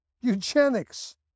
eugenics